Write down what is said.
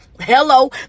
hello